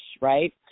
right